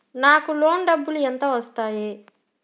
నాకు లోన్ డబ్బులు ఎంత వస్తాయి?